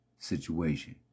Situation